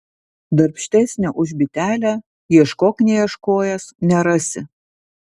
darbštesnio už bitelę ieškok neieškojęs nerasi